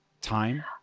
time